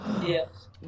Yes